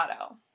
Auto